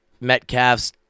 Metcalf's